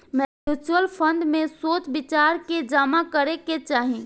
mutual fund में सोच विचार के जामा करे के चाही